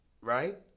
right